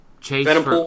chase